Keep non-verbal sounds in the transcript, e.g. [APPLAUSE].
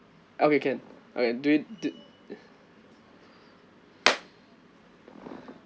okay can okay do we d~ [NOISE]